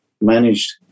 managed